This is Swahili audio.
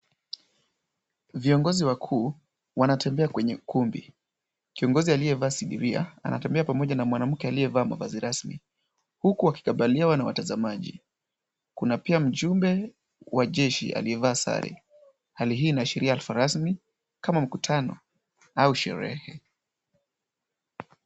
Viongozi wakuu wanatembea kwenye ukumbi. Kiongozi aliyevaa sidiria anatembea pamoja na mwanamke aliyevaa mavazi rasmi. Huku akikabiliwa na watazamaji. Kuna pia mjumbe wa jeshi aliyevaa sare. Hali hii inaashiria hafla rasmi kama mkutano au sherehe.